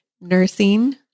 nursing